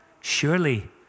surely